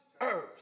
earth